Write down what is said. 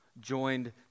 joined